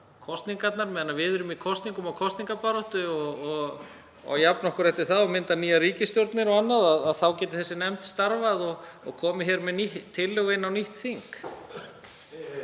meðan við erum í kosningum og kosningabaráttu og að jafna okkur eftir það og mynda nýjar ríkisstjórnir og annað, þá getur þessi nefnd starfað og komið með tillögu fyrir nýtt þing.